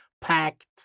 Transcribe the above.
packed